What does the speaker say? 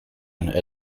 and